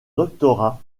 doctorat